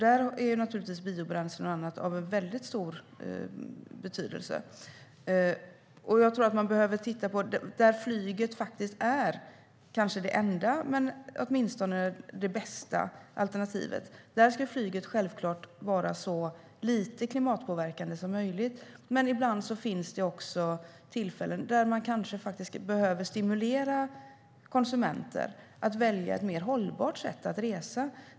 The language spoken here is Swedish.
Där är biobränslen och annat av väldigt stor betydelse. Jag tror att man behöver titta på platser där flyget är kanske det enda men åtminstone det bästa alternativet. Där ska flyget självklart vara så lite klimatpåverkande som möjligt. Men ibland finns det också tillfällen då man behöver stimulera konsumenter att välja ett mer hållbart sätt att resa.